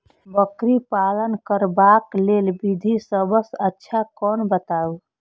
बकरी पालन करबाक लेल विधि सबसँ अच्छा कोन बताउ?